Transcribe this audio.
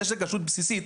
זה שזו כשרות בסיסית,